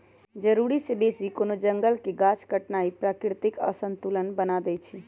जरूरी से बेशी कोनो जंगल के गाछ काटनाइ प्राकृतिक असंतुलन बना देइछइ